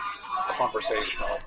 conversational